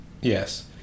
Yes